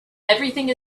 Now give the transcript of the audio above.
everything